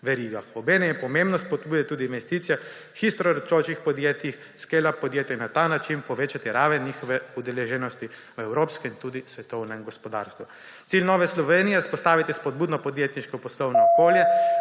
verigah. Obenem je pomembno spodbujati tudi investicije hitro rastočih podjetjih, da bodo na ta način uspela povečati raven njihove udeleženosti v evropskem in tudi svetovnem gospodarstvu. Cilj Nove Slovenij je vzpostavitvi spodbudno podjetniško poslovno okolje